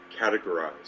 categorized